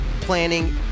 planning